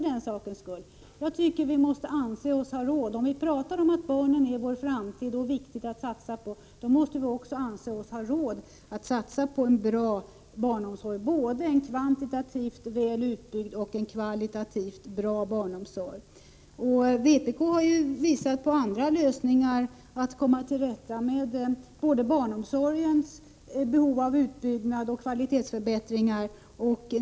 Om vi talar om att barnen är vår framtid och att det är viktigt att satsa på dem, måste vi också anse oss ha råd att satsa på en bra barnomsorg — en både kvantitativt väl utbyggd och kvalitativt bra barnomsorg. Vpk har visat på andra lösningar för att komma till rätta med barnomsorgens behov av både utbyggnad och kvalitetsförbättringar.